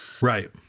Right